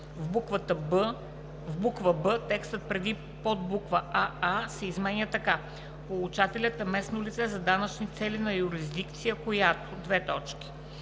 в буква „б“ текстът преди подбуква „аа“ се изменя така: „получателят е местно лице за данъчни цели на юрисдикция, която:“;